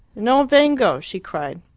non vengo! she cried.